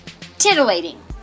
titillating